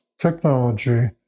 technology